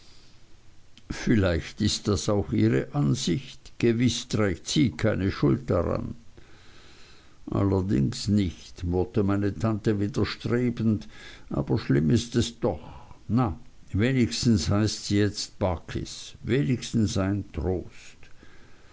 vielleicht ist das auch ihre ansicht gewiß trägt sie keine schuld daran allerdings nicht murrte meine tante widerstrebend aber schlimm ist es doch na wenigstens heißt sie jetzt barkis wenigstens ein trost